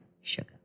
sugar